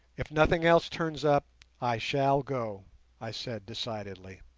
if nothing else turns up i shall go i said decidedly.